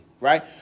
right